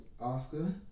Oscar